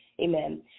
amen